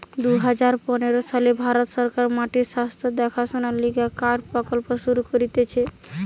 দুই হাজার পনের সালে ভারত সরকার মাটির স্বাস্থ্য দেখাশোনার লিগে কার্ড প্রকল্প শুরু করতিছে